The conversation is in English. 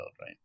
right